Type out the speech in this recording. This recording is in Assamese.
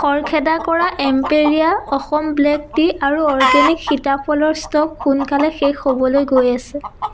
খৰখেদা কৰা এম্পেৰীয়া অসম ব্লেক টি আৰু অৰ্গেনিক সীতাফলৰ ষ্ট'ক সোনকালে শেষ হ'বলে গৈ আছে